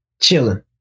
chilling